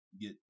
Get